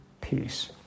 peace